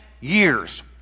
years